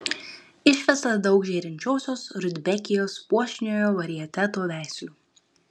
išvesta daug žėrinčiosios rudbekijos puošniojo varieteto veislių